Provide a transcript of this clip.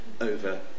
over